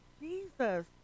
Jesus